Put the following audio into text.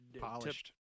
Polished